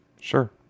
Sure